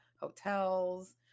hotels